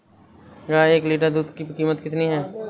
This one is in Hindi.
गाय के एक लीटर दूध की कीमत कितनी है?